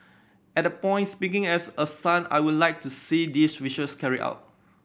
at that point speaking as a son I would like to see these wishes carried out